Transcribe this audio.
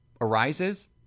arises